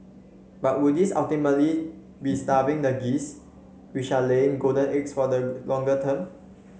but would this ultimately be starving the geese which are laying golden eggs for the longer term